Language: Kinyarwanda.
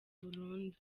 burundu